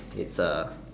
is a